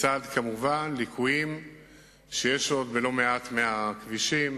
כמובן לצד ליקויים שיש עוד בלא-מעט מהכבישים